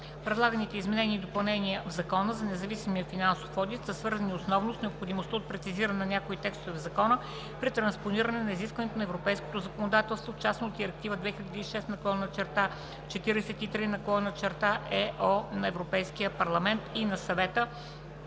Предлаганите изменения и допълнения в Закона за независимия финансов одит са свързани основно с необходимостта от прецизиране на някои текстове в закона при транспониране на изискванията на европейското законодателство, в частност Директива 2006/43/ЕО на Европейския парламент и на Съвета